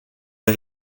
der